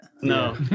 No